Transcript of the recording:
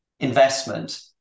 Investment